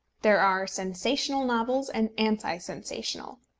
there are sensational novels and anti-sensational,